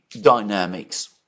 dynamics